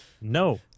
No